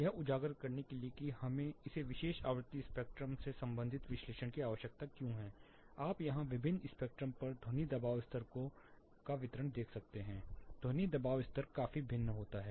यह उजागर करने के लिए कि हमें इस विशेष आवृत्ति स्पेक्ट्रम से संबंधित विश्लेषण की आवश्यकता क्यों है आप यहां विभिन्न स्पेक्ट्रम पर ध्वनि दबाव स्तर का वितरणदेख सकते हैं ध्वनि दबाव स्तर काफी भिन्न होता है